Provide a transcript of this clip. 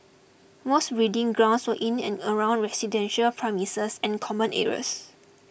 most breeding grounds were in and around residential premises and common areas